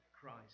Christ